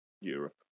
Europe